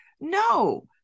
No